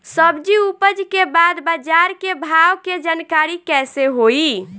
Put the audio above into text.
सब्जी उपज के बाद बाजार के भाव के जानकारी कैसे होई?